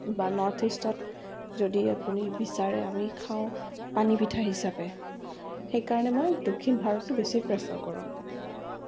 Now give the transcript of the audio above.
বা নৰ্থ ইষ্টত যদি আপুনি বিচাৰে আমি খাওঁ পানী পিঠা হিচাপে সেইকাৰণে মই দক্ষিণ ভাৰতটো মই বেছি প্ৰেফাৰ কৰোঁ